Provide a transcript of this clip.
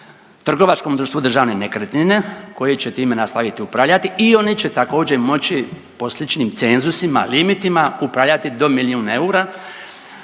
trgovačkom društvu Državne nekretnine koje će time nastaviti upravljati i oni će također, moći po sličnim cenzusima, limitima upravljati do milijun eura,